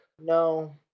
no